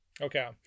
Okay